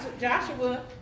Joshua